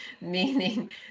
meaning